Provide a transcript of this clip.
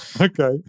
Okay